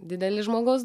didelis žmogaus